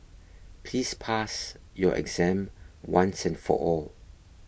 please pass your exam once and for all